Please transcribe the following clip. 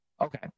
Okay